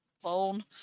phone